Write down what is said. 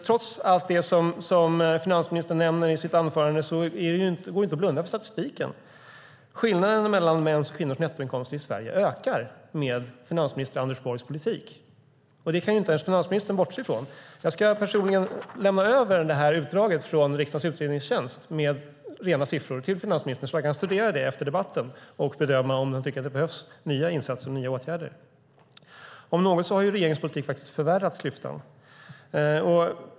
Trots allt det som finansministern nämner i sitt anförande går det ju inte att blunda för statistiken: Skillnaderna mellan mäns och kvinnors nettoinkomster i Sverige ökar med finansminister Anders Borgs politik. Det kan inte ens finansministern bortse ifrån. Jag ska personligen lämna över detta utdrag från riksdagens utredningstjänst med rena siffror till finansministern så att han kan studera detta efter debatten och bedöma om han tycker att det behövs nya insatser och nya åtgärder. Om något har regeringens politik faktiskt förvärrat klyftan.